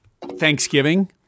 Thanksgiving